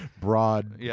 broad